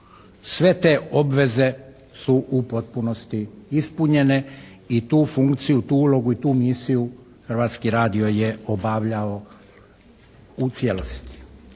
Sve te obveze su u potpunosti ispunjene i tu funkciju, tu ulogu i tu misiju Hrvatski radio je obavljao u cijelosti.